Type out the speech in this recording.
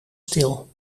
stil